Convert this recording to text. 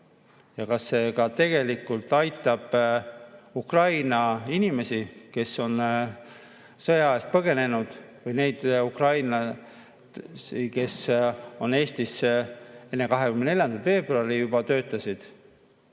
ja kas see ka tegelikult aitab Ukraina inimesi, kes on sõja eest põgenenud, või neid ukrainlasi, kes Eestis juba enne 24. veebruari töötasid,